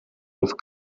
over